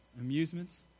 Amusements